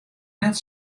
net